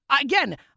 Again